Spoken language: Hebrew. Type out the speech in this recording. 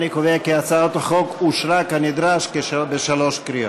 אני קובע כי הצעת החוק אושרה כנדרש בשלוש קריאות.